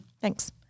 Thanks